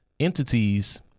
entities